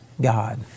God